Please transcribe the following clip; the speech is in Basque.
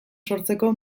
sortzeko